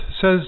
says